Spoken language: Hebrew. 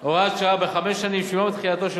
"הוראת שעה: בחמש השנים שמיום תחילתו של